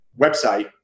website